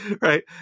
right